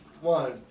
One